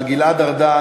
על גלעד ארדן,